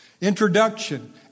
Introduction